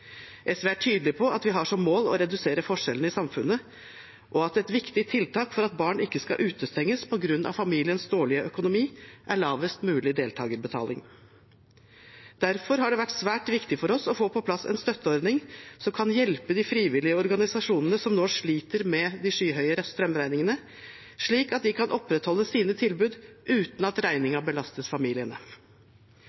SV er tydelig på at vi har som mål å redusere forskjellene i samfunnet, og at et viktig tiltak for at barn ikke skal utestenges på grunn av familiens dårlige økonomi, er lavest mulig deltagerbetaling. Derfor har det vært svært viktig for oss å få på plass en støtteordning som kan hjelpe de frivillige organisasjonene som nå sliter med de skyhøye strømregningene, slik at de kan opprettholde sine tilbud uten at